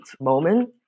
moment